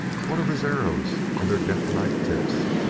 what of his arrows and their detonite tips?